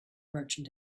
merchant